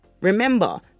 Remember